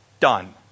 done